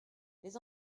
les